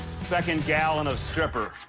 second gallon of stripper.